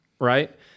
Right